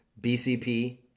BCP